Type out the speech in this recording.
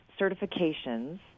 certifications